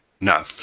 No